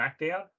SmackDown